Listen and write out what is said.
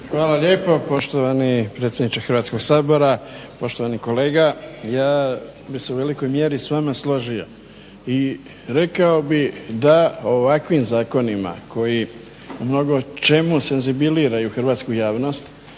Hvala lijepo poštovani predsjedniče Hrvatskog sabora. Poštovani kolega ja bih se u velikoj mjeri s vama složio i rekao bih da ovakvim zakonima koji u mnogo čemu senzibiliziraju hrvatsku javnost